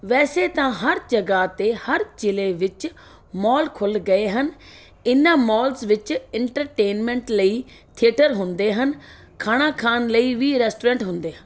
ਵੈਸੇ ਤਾਂ ਹਰ ਜਗ੍ਹਾ 'ਤੇ ਹਰ ਜ਼ਿਲ੍ਹੇ ਵਿੱਚ ਮੌਲ ਖੁੱਲ੍ਹ ਗਏ ਹਨ ਇਹਨਾਂ ਮੋਲਸ ਵਿੱਚ ਇੰਟਰਟੇਨਮੈਂਟ ਲਈ ਥੀਏਟਰ ਹੁੰਦੇ ਹਨ ਖਾਣਾ ਖਾਣ ਲਈ ਵੀ ਰੈਸਟੋਰੈਂਟ ਹੁੰਦੇ ਹਨ